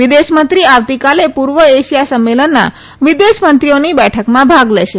વિદેશમંત્રી આવતીકાલે પૂર્વ એશિયા સંમેલનના વિદેશ મંત્રીઓની બેઠકમાં ભાગ લેશે